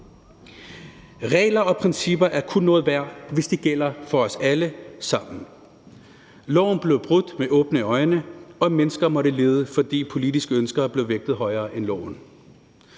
Regler og principper er kun noget værd, hvis de gælder for os alle sammen. Loven blev brudt med åbne øjne, og mennesker måtte lide, fordi politiske ønsker blev vægtet højere end loven.